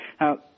Now